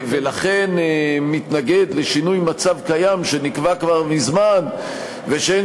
ולכן מתנגד לשינוי מצב קיים שנקבע כבר מזמן ושאין